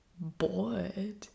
bored